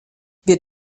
wir